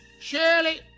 Shirley